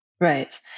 Right